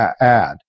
add